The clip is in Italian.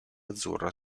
azzurra